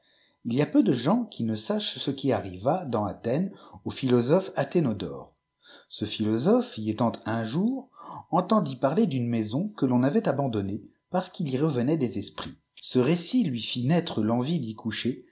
il y a peu de gens qui ne sachent ce qui arriva feiaîheft m fm m atéhodore ce philosophe y étant ifli jeter ihwnsil pàïlér d'une maisoii que ton avait abandonnée parce qu'il y revenait des esprits cte récit lui fit naître fenvie d'y